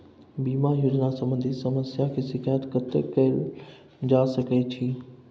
बीमा योजना सम्बंधित समस्या के शिकायत कत्ते कैल जा सकै छी?